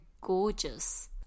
gorgeous